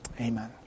Amen